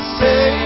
say